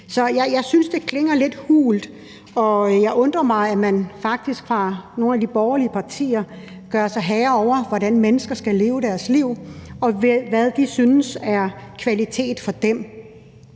Så jeg synes, det klinger lidt hult, og jeg undrer mig over, at man faktisk fra nogle af de borgerlige partiers side gør sig til herre over, hvordan mennesker skal leve deres liv, og hvad der er kvalitet for dem.